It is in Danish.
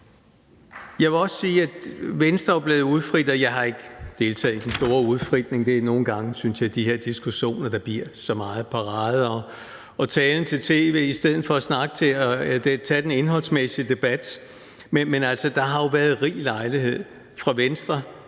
Jeg vil også sige, at Venstre jo er blevet udfrittet – og jeg har ikke deltaget i den store udfritning, for jeg synes, at de her diskussioner nogle gange bliver så meget parade og talen til tv, i stedet for at vi tager den indholdsmæssige debat. Men altså, der har jo været rig lejlighed for Venstre